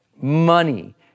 money